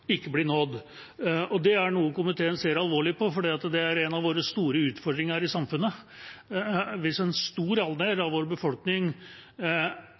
ikke blir nådd. Det er noe komiteen ser alvorlig på, for en av de store utfordringene i samfunnet er hvis en stor andel av vår befolkning